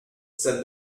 said